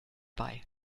bei